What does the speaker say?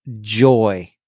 joy